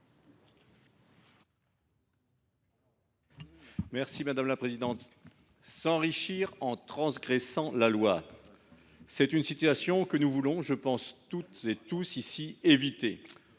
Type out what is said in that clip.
S’enrichir en transgressant la loi, voilà une situation que nous voulons toutes et tous ici éviter.